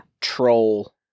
troll